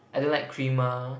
I don't like creamer